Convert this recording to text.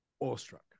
awestruck